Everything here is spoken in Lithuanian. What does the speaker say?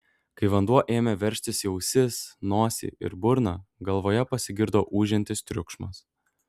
kai vanduo ėmė veržtis į ausis nosį ir burną galvoje pasigirdo ūžiantis triukšmas